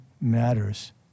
matters